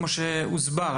כמו שהוסבר,